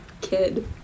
kid